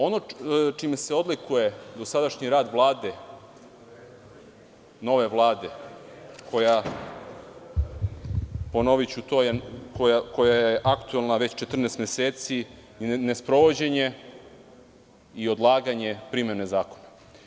Ono čime se odlikuje dosadašnji rad nove Vlade koja je, ponoviću to, aktuelna već 14 meseci, jeste nesprovođenje i odlaganje primene zakona.